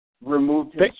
removed